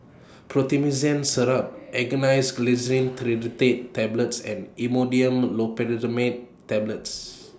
Syrup Angised Glyceryl Trinitrate Tablets and Imodium Tablets